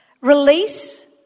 release